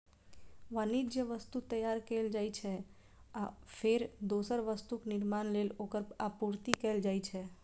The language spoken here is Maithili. वाणिज्यिक वस्तु तैयार कैल जाइ छै, आ फेर दोसर वस्तुक निर्माण लेल ओकर आपूर्ति कैल जाइ छै